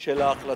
של ההחלטה.